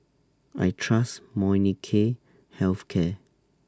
I Trust Molnylcke Health Care